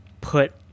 put